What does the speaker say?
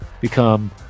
become